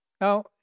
Now